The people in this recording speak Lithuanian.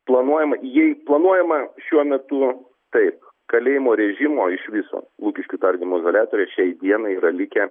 planuojama jei planuojama šiuo metu taip kalėjimo režimo iš viso lukiškių tardymo izoliatoriuj šiai dienai yra likę